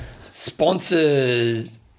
Sponsors